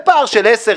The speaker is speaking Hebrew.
בפער של 10,